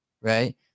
right